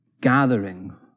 gathering